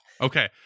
Okay